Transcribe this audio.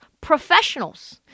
professionals